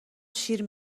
شیر